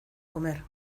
comer